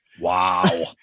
Wow